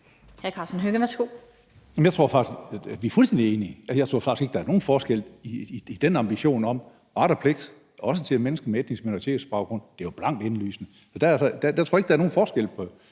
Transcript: Karsten Hønge (SF): Vi er fuldstændig enige. Jeg tror faktisk ikke, der er nogen forskel i den ambition om ret og pligt, også til mennesker med etnisk minoritetsbaggrund, det er jo blankt indlysende. Jeg tror ikke, der er nogen forskel på SF